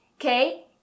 Okay